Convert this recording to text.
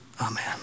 Amen